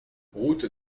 route